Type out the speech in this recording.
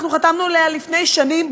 אנחנו חתמנו עליה לפני שנים,